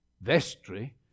vestry